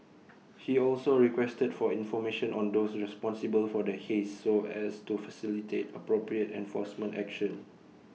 he also requested for information on those responsible for the haze so as to facilitate appropriate enforcement action